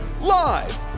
Live